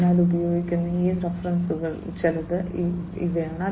അതിനാൽ ഉപയോഗിക്കുന്ന ഈ റഫറൻസുകളിൽ ചിലത് ഇവയാണ്